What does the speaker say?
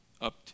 up